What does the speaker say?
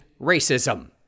racism